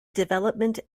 development